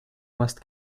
must